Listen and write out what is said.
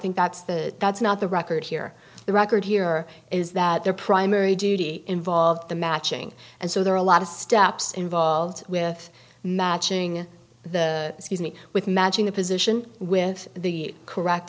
think that's the that's not the record here the record here is that their primary duty involved the matching and so there are a lot of steps involved with matching the season with matching the position with the correct